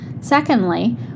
secondly